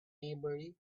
maybury